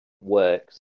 works